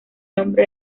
nombre